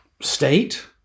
state